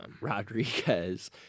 Rodriguez